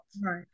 Right